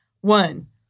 one